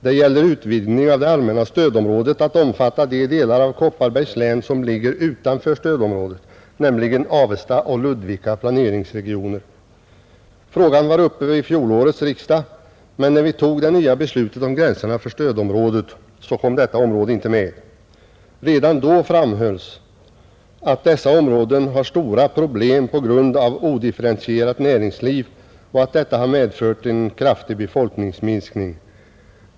Det gäller utvidgning av det allmänna stödområdet att omfatta de delar av Kopparbergs län som ligger utanför stödområdet, nämligen Avesta och Ludvika planeringsregioner. Frågan var uppe redan vid fjolårets riksdag, men när vi tog det nya beslutet om stödområdet kom dessa områden inte med. Redan då framhölls att områdena har stora problem på grund av ett odifferentierat näringsliv och att detta medfört kraftig befolkningsminskning.